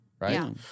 right